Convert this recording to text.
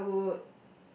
I would